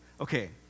Okay